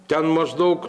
ten maždaug